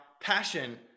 passion